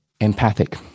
Empathic